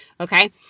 okay